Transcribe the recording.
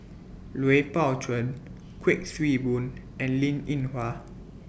Lui Pao Chuen Kuik Swee Boon and Linn in Hua